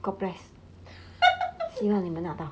god bless 希望你们拿到